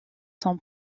sont